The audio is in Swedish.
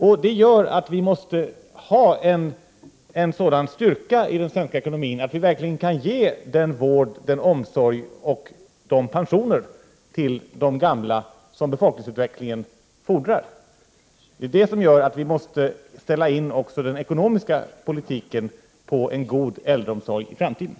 Det gör att vi måste ha en sådan styrka i den svenska ekonomin att vi verkligen kan ge den vård, den omsorg och de pensioner till de gamla som befolkningsutvecklingen fordrar. Det är det som gör att vi måste ställa in också den ekonomiska politiken på en god äldreomsorg i framtiden.